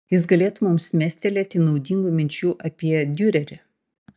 jis galėtų mums mestelėti naudingų minčių apie diurerį